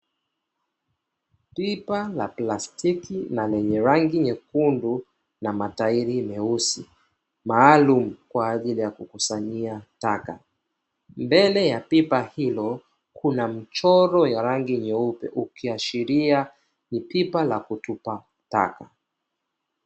Pipa la plastiki na lenye rangi nyekundu na matairi meusi maalumu kwa ajili ya kukisanyia taka, mbele ya pipa hilo kuna mchoro wa rangi nyeupe ikiashiria kuwa ni pipa la kutupa taka.